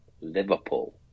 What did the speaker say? Liverpool